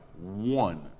one